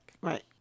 Right